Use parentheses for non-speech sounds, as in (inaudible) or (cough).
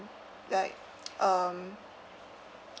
like (noise) um